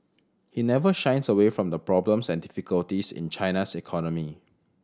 he never shies away from the problems and difficulties in China's economy